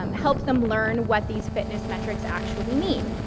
um help them learn what these fitness metrics actually mean.